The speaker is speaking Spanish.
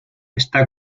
está